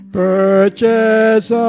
purchase